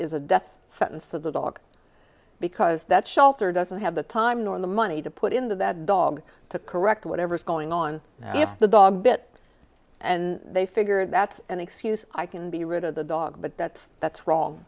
is a death sentence to the dog because that shelter doesn't have the time nor the money to put in that dog to correct whatever's going on if the dog bit and they figure that's an excuse i can be rid of the dog but that's that's wrong